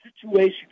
situation